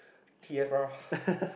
t_f_r